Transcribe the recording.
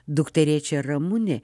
dukterėčia ramunė